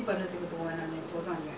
what happened to them uh no no news